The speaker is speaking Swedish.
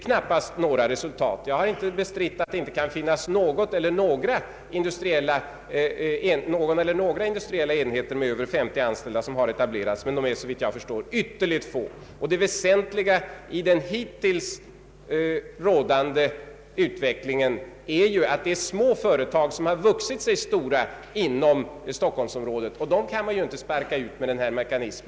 Jag har inte bestritt att det kan finnas någon eller några industriella enheter med över 50 anställda, som har etablerats, men de är såvitt jag förstår ytterligt få. Det väsentliga i den hittills rådande utvecklingen är att det är små företag som vuxit sig stora inom Stockholmsområdet, och dem kan man inte sparka ut med denna mekanism.